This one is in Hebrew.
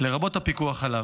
לרבות הפיקוח עליו.